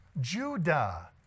Judah